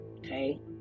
Okay